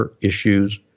issues